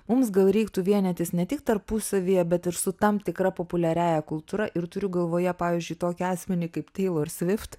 mums gal reiktų vienytis ne tik tarpusavyje bet ir su tam tikra populiariąja kultūra ir turiu galvoje pavyzdžiui tokį asmenį kaip teilor svift